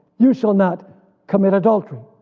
you shall not commit adultery.